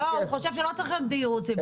הוא חושב שלא צריך להיות דיור ציבורי.